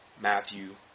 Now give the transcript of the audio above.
Matthew